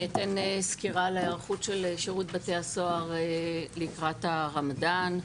אני אתן סקירה על ההיערכות של שירות בתי הסוהר לקראת הרמדאן.